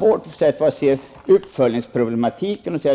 Vår uppgift var att se på uppföljningsproblematiken, och då tror